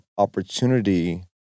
Opportunity